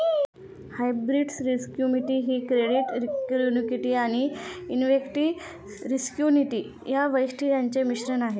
hybrid security ही credit security आणि equity security या वैशिष्ट्यांचे मिश्रण आहे